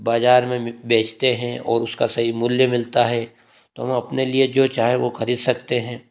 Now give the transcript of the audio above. बाजार में बेचते हैं और उसका सही मूल्य मिलता है तो हम अपने लिए जो चाहे वो खरीद सकते हैं